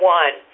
one